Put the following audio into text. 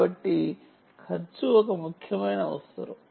కాబట్టి ఖర్చు ఒక ముఖ్యమైన అవసరం